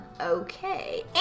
okay